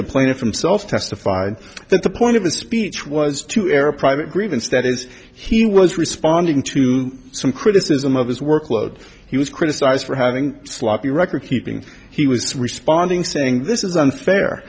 the plaintiff himself testified that the point of his speech was to air a private grievance that is he was responding to some criticism of his workload he was criticized for having sloppy recordkeeping he was responding saying this is unfair